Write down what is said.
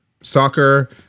Soccer